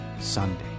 Sunday